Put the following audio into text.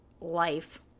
life